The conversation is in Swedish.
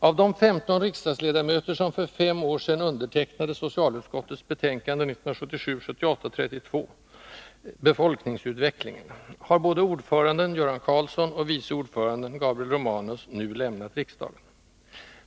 Av de 15 riksdagsledamöter, som för fem år sedan undertecknade socialutskottets betänkande 1977/78:32 Befolkningsutvecklingen, har både ordföranden, Göran Karlsson, och vice ordföranden, Gabriel Romanus, nu lämnat riksdagen.